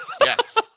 Yes